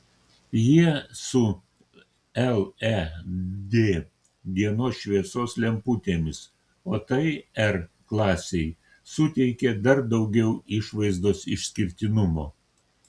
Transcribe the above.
jie su led dienos šviesos lemputėmis o tai r klasei suteikia dar daugiau išvaizdos išskirtinumo